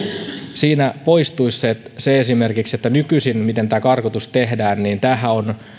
siinä poistuisi esimerkiksi se miten nykyisin tämä karkotus tehdään kun tämähän